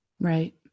Right